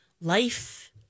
Life